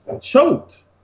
choked